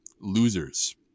Losers